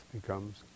becomes